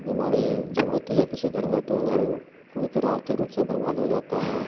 बीमारी जब होती है किसी घर में तो घर पूरी तरह आर्थिक रूप से बर्बाद हो जाता है